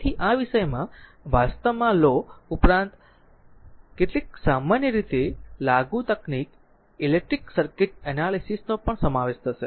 તેથી આ વિષયમાં વાસ્તવમાં લો ઉપરાંત કેટલીક સામાન્ય રીતે લાગુ તકનીક ઇલેક્ટ્રિક સર્કિટ એનાલીસીસ નો પણ સમાવેશ થશે